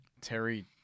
Terry